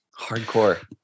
hardcore